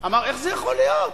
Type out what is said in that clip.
אמר: איך זה יכול להיות?